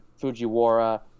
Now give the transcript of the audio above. Fujiwara